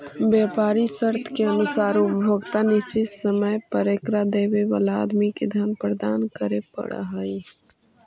व्यापारी शर्त के अनुसार उपभोक्ता निश्चित समय पर एकरा देवे वाला आदमी के धन प्रदान करे पड़ऽ हई